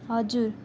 हजुर